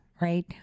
right